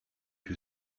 you